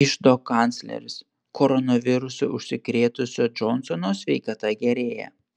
iždo kancleris koronavirusu užsikrėtusio džonsono sveikata gerėja